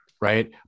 right